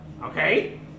Okay